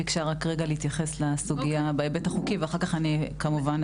ביקשה רגע להתייחס לסוגיה בהיבט החוקי ואחר כך אני כמובן אשיב לשאלה.